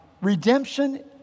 redemption